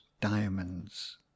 diamonds